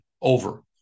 over